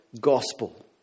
gospel